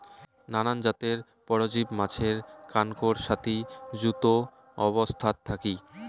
নানান জাতের পরজীব মাছের কানকোর সাথি যুত অবস্থাত থাকি